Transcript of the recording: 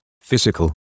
Physical